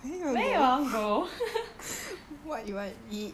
where you want to go